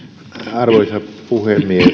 arvoisa puhemies